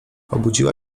obudziła